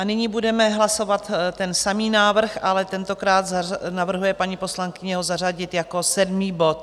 Nyní budeme hlasovat ten samý návrh, ale tentokrát navrhuje paní poslankyně ho zařadit jako sedmý bod.